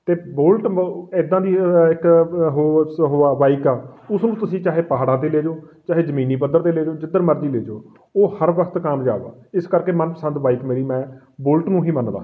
ਅਤੇ ਬੁਲਟ ਬ ਇੱਦਾਂ ਦੀ ਇੱਕ ਹੋ ਆ ਬਾਈਕ ਆ ਉਸ ਨੂੰ ਤੁਸੀਂ ਚਾਹੇ ਪਹਾੜਾਂ 'ਤੇ ਲੈ ਜੋ ਚਾਹੇ ਜਮੀਨੀ ਪੱਧਰ 'ਤੇ ਲੈ ਜੋ ਜਿੱਧਰ ਮਰਜ਼ੀ ਲੈ ਜਾਓ ਉਹ ਹਰ ਵਕਤ ਕਾਮਯਾਬ ਆ ਇਸ ਕਰਕੇ ਮਨਪਸੰਦ ਬਾਈਕ ਮੇਰੀ ਮੈਂ ਬੁਲਟ ਨੂੰ ਹੀ ਮੰਨਦਾ ਹਾਂ